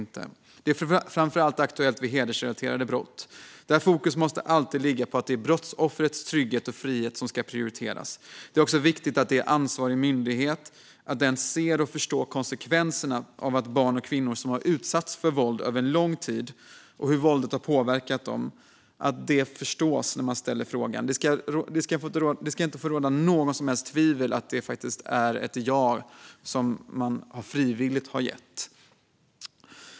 Detta blir framför allt aktuellt vid hedersrelaterade brott, där fokus alltid måste ligga på att det är brottsoffrets trygghet och frihet som ska prioriteras. Det är också viktigt att ansvarig myndighet när frågan ställs ser och förstår konsekvenserna för barn och kvinnor som har utsatts för våld under lång tid och hur våldet har påverkat dem. Det ska inte få råda något som helst tvivel om att ett ja faktiskt har getts frivilligt.